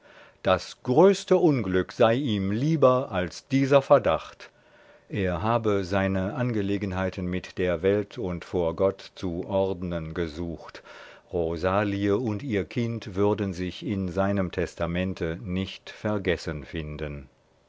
das größte unglück sei ihm lieber als dieser verdacht er habe seine angelegenheiten mit der welt und vor gott zu ordnen gesucht rosalie und ihr kind würden sich in seinem testamente nicht vergessen finden